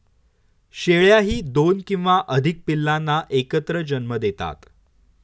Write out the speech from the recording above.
शेळ्याही दोन किंवा अधिक पिल्लांना एकत्र जन्म देतात